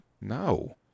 No